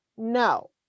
No